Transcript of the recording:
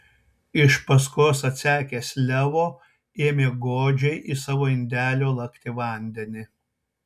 iš paskos atsekęs leo ėmė godžiai iš savo indelio lakti vandenį